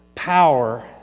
Power